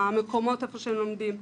למקומות איפה שהם לומדים,